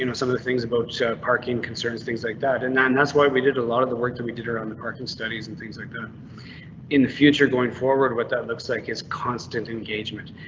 you know some of the things about parking concerns, things like that. and then that's why we did a lot of the work that we did around the parking studies and things like that in the future. going forward with that looks like his constant engagement,